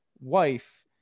wife